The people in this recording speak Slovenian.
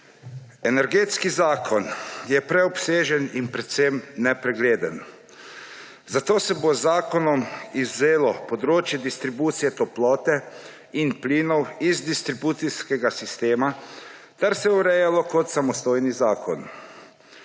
Energetski zakon je preobsežen in predvsem nepregleden, zato se bo z zakonom izvzelo področje distribucije toplote in plinov iz distribucijskega sistema ter se urejalo kot samostojen zakon.